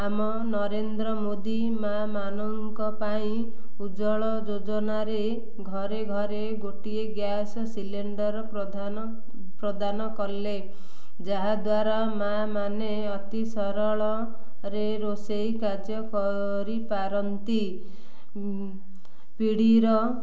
ଆମ ନରେନ୍ଦ୍ର ମୋଦି ମାଆମାନଙ୍କ ପାଇଁ ଉଜ୍ଜ୍ୱଳ ଯୋଜନାରେ ଘରେ ଘରେ ଗୋଟିଏ ଗ୍ୟାସ୍ ସିଲିଣ୍ଡର୍ ପ୍ରଧାନ ପ୍ରଦାନ କଲେ ଯାହାଦ୍ୱାରା ମାଆମାନେେ ଅତି ସରଳରେ ରୋଷେଇ କାର୍ଯ୍ୟ କରିପାରନ୍ତି ପିଢ଼ୀର